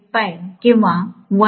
25 किंवा 1